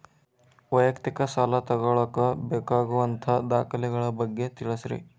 ವೈಯಕ್ತಿಕ ಸಾಲ ತಗೋಳಾಕ ಬೇಕಾಗುವಂಥ ದಾಖಲೆಗಳ ಬಗ್ಗೆ ತಿಳಸ್ರಿ